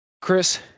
Chris